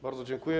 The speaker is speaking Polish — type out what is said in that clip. Bardzo dziękuję.